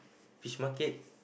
Fish Market